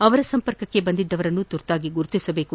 ಅವರ ಸಂಪರ್ಕಕ್ಕೆ ಬಂದಿದ್ದವರನ್ನು ತುರ್ತಾಗಿ ಗುರುತಿಸಬೇಕು